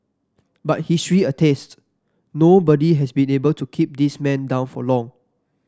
but history attests nobody has been able to keep this man down for long